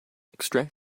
extract